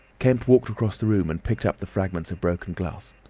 kemp walked across the room and picked up the fragments of broken glass.